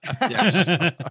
Yes